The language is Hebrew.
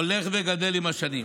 הולך וגדל עם השנים.